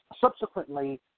subsequently